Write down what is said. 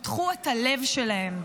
פתחו את הלב שלהם.